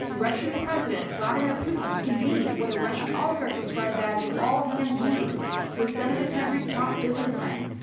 russian president vladimir putin convened what a russian oligarch described as an all hands meeting with some of the country's top businessmen.